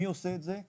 מי עושה את זה?